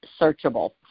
searchable